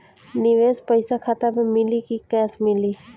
निवेश पइसा खाता में मिली कि कैश मिली?